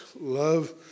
love